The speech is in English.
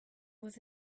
was